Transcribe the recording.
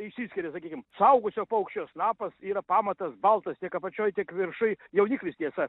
išsiskiria sakykim suaugusio paukščio snapas yra pamatas baltas tiek apačioj tik viršuj jauniklis tiesa